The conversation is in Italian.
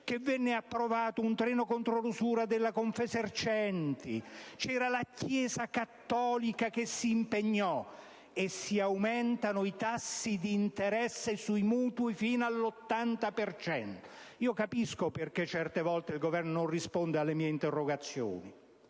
vi furono il treno contro l'usura della Confesercenti e la Chiesa cattolica che si impegnò - e si aumentano i tassi di interesse sui mutui fino all'80 per cento. Capisco perché certe volte il Governo non risponde alle mie interrogazioni.